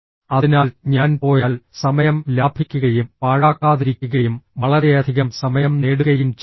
അതിനാൽ ഞാൻ പോയാൽ സമയം ലാഭിക്കുകയും പാഴാക്കാതിരിക്കുകയും വളരെയധികം സമയം നേടുകയും ചെയ്യുന്നു